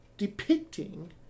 depicting